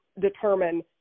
determine